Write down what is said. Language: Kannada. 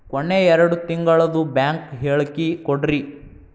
ಕೊನೆ ಎರಡು ತಿಂಗಳದು ಬ್ಯಾಂಕ್ ಹೇಳಕಿ ಕೊಡ್ರಿ